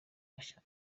mashya